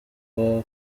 rwa